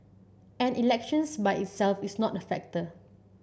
and elections by itself is not a factor